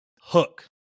hook